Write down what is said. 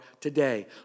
today